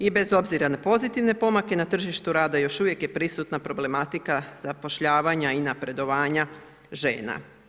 I bez obzira na pozitivne pomake na tržištu rada, još uvijek je prisutna problematika zapošljavanja i napredovanja žena.